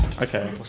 Okay